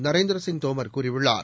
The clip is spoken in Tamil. நரேந்திரசிங் தோமர் கூறியுள்ளார்